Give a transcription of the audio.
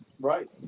Right